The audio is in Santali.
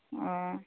ᱚ